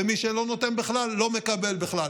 ומי שלא נותן בכלל לא מקבל בכלל.